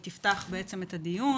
היא תפתח את הדיון.